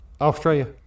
Australia